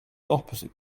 opposite